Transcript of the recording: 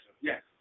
Yes